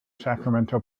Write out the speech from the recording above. sacramento